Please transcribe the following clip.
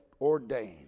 ordained